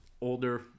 older